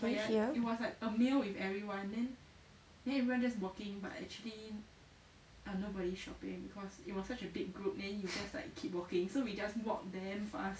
can you hear